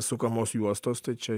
sukamos juostos tai čia